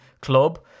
club